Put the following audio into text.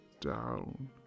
down